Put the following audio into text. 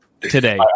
today